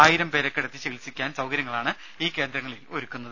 ആയിരം പേരെ കിടത്തി ചികിത്സിക്കാൻ സൌകര്യങ്ങളാണ് ഈ കേന്ദ്രങ്ങളിൽ ഒരുക്കുന്നത്